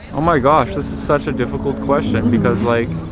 oh my gosh, this is such a difficult question, because like.